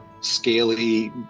scaly